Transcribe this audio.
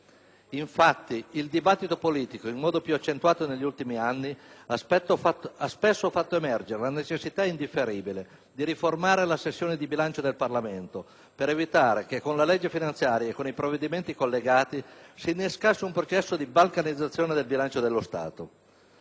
Infatti, il dibattito politico, in modo più accentuato negli ultimi anni, ha spesso fatto emergere la necessità indifferibile di riformare la sessione di bilancio del Parlamento, per evitare che con la legge finanziaria e i provvedimenti collegati si innescasse un processo di balcanizzazione del bilancio dello Stato,